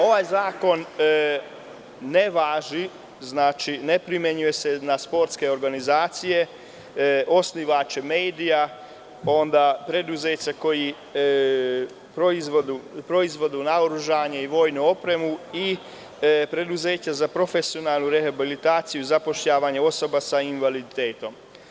Ovaj zakon ne važi, ne primenjuje se na sportske organizacije, osnivače medija, preduzeća koja proizvode naoružanje i vojnu opremu i preduzeća za profesionalnu rehabilitaciju, zapošljavanje osoba sa invaliditetom.